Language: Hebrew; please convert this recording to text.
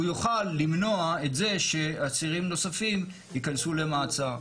יוכל למנוע את זה שעצירים נוספים ייכנסו למעצר.